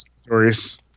stories